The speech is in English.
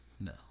No